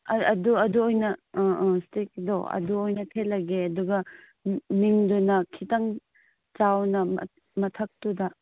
ꯑꯩ ꯑꯗꯨ ꯑꯗꯨꯑꯣꯏꯅ ꯑꯪ ꯑꯪ ꯏꯁꯇꯤꯛꯀꯤꯗꯣ ꯑꯗꯨꯑꯣꯏꯅ ꯊꯦꯠꯂꯒꯦ ꯑꯗꯨꯒ ꯃꯤꯡꯗꯨꯅ ꯈꯤꯇꯪ ꯆꯥꯎꯅ ꯃꯊꯛꯇꯨꯗ